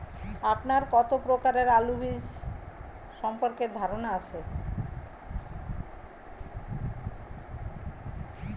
আপনার কত প্রকারের আলু বীজ সম্পর্কে ধারনা আছে?